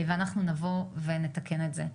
אנחנו נבוא ונתקן את זה.